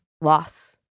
loss